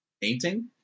Painting